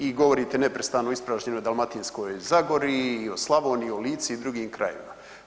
I govorite neprestano o ispražnjenoj Dalmatinskoj zagori i o Slavoniji i o Lici i o drugim krajevima.